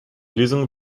lösung